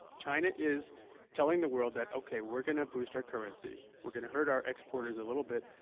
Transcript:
china is telling the world that ok, we're gonna boost our currency, we're going to hurt our exporters a little bit,